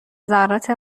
ذرات